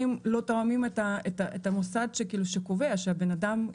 לא תואמים את המוסד שקובע שהבנאדם,